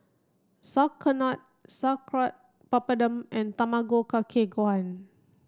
Sauerkraut Papadum and Tamago Kake Gohan